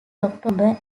october